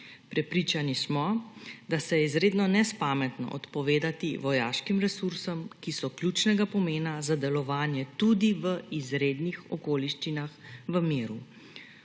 Prepričani smo, da se je izredno nespametno odpovedati vojaškim resursom, ki so ključnega pomena za delovanje tudi v izrednih okoliščinah v miru.